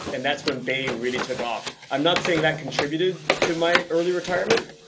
and that's when! bae' really took off. i'm not saying that contributed to my early retirement,